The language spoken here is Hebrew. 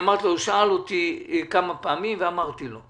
הוא שאל אותי כמה פעמים ואמרתי לו: